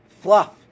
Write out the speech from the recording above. fluff